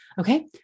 okay